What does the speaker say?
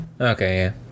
Okay